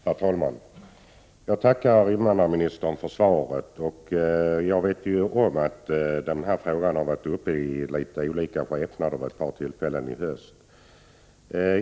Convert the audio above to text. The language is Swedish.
Herr talman! Jag tackar invandrarministern för svaret. Jag vet att denna fråga har varit uppe i olika skepnader vid ett par tillfällen i höst.